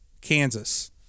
Kansas